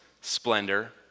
splendor